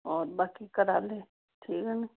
और बाकी घरै आह्ले ठीक नां